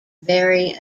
very